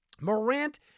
Morant